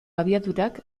abiadurak